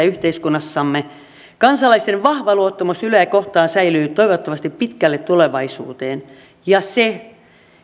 yhteiskunnassamme kansalaisten vahva luottamus yleä kohtaan säilyy toivottavasti pitkälle tulevaisuuteen ja se